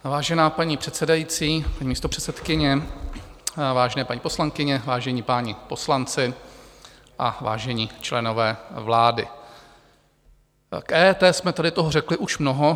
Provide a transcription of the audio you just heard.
Vážená paní předsedající místopředsedkyně, vážené paní poslankyně, vážení páni poslanci a vážení členové vlády, k EET jsme tady toho řekli už mnoho.